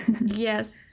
yes